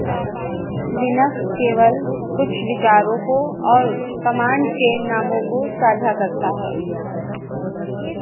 lynx केवल कुछ विचारों को और कमाण्ड के नामों को साझा करता है